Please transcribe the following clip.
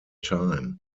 time